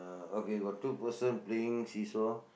ah okay got two person playing see saw